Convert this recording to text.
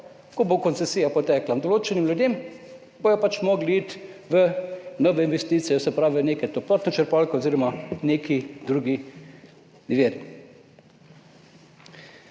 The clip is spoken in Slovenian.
ko bo koncesija potekla določenim ljudem, bodo pač morali iti v nove investicije, se pravi neke toplotne črpalke oziroma neki drugi viri.